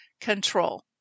control